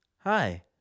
hi